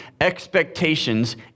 expectations